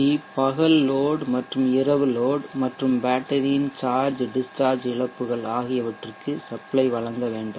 we பகல் load மற்றும் இரவு லோட் மற்றும் பேட்டரியின் சார்ஜ் டிஸ்சார்ஜ் இழப்புகள் ஆகியவவற்றுக்கு சப்ளை வழங்க வேண்டும்